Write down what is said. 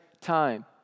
time